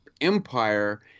Empire